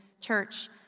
church